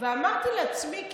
ואמרתי לעצמי: